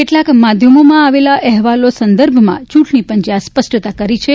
કેટલાક માધ્યમોમાં આવેલા અહેવાલો સંદર્ભમાં ચ્રંટણીપંચે આ સ્પષ્ટતા કરી છે